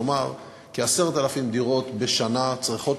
כלומר כ-10,000 דירות בשנה צריכות